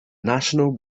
national